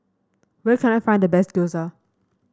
where can I find the best Gyoza